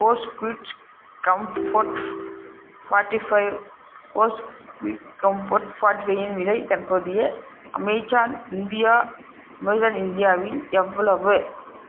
Bose quiet comfort forty five Bose quiet comfort forty five இன் விலை தற்போதிய அமேசான் இந்தியா அமேசான் இந்தியாவில் எவ்வளவு